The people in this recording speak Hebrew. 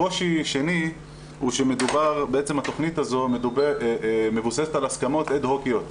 קושי שני הוא שבעצם התכנית הזאת מבוססת על הסכמות אד-הוקיות,